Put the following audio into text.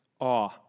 Awe